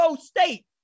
State